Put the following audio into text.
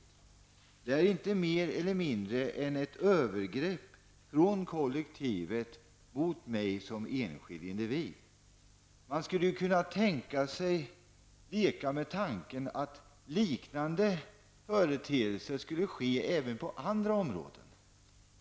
Det handlar inte om någonting annat än ett övergrepp från kollektivets sida mot mig som enskild individ. Man kan leka med tanken att något liknande förekom även på andra områden.